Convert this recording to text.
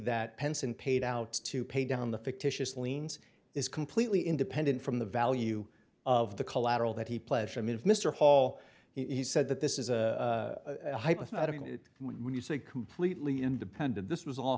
that pence and paid out to pay down the fictitious liens is completely independent from the value of the collateral that he pleasure i mean if mr hall he said that this is a hypothetical when you say completely independent this was all